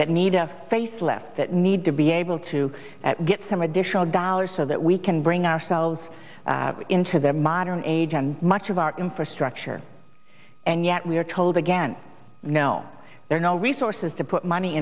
that need a facelift that need to be able to get some additional dollars so that we can bring ourselves into the modern age and much of our infrastructure and yet we are told again no there are no resources to put money